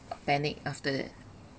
panic after that